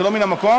זה לא מן המקום?